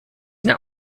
not